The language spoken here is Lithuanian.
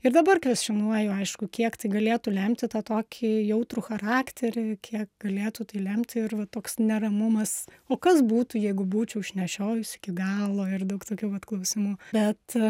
ir dabar kvestionuoju aišku kiek tai galėtų lemti tą tokį jautrų charakterį kiek galėtų tai lemti ir va toks neramumas o kas būtų jeigu būčiau išnešiojus iki galo ir daug tokių vat klausimų bet